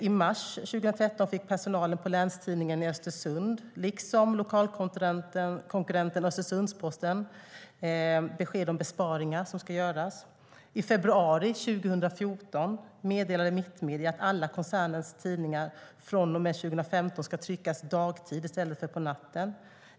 I mars 2013 fick personalen på Länstidningen Östersund liksom lokalkonkurrenten Östersunds-Posten besked om besparingar som ska göras. I februari 2014 meddelade Mittmedia att alla koncernens tidningar från och med 2015 ska tryckas dagtid i stället för på natten.